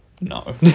No